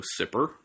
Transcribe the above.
sipper